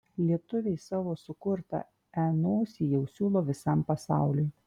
lietuviai savo sukurtą e nosį jau siūlo visam pasauliui